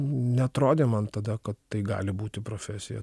neatrodė man tada kad tai gali būti profesija